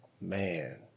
Man